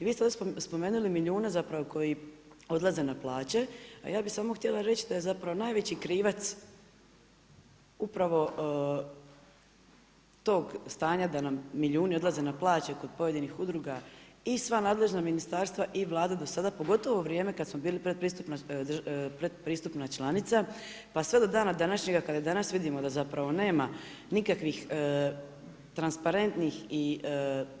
I vi ste spomenuli milijune zapravo koji odlaze na plaće, a ja bih samo htjela reći da je zapravo najveći krivac upravo tog stanja da nam milijuni odlaze na plaće kod pojedinih udruga i sva nadležna ministarstva i Vlada do sada pogotovo u vrijeme kad smo bili predpristupna članica, pa sve do dana današnjega kada danas vidimo da zapravo nema nikakvih transparentnih i